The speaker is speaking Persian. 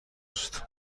است